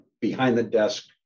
behind-the-desk